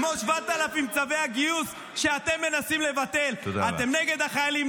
כמו 7,000 צווי הגיוס שאתם מנסים לבטל: אתם נגד החיילים,